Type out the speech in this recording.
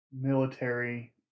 military